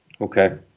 Okay